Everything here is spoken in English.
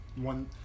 one